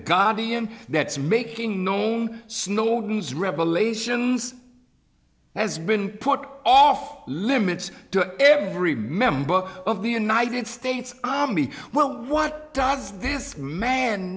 guardian that's making known snowden's revelations has been put off limits to every member of the united states army well what does this man